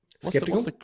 skeptical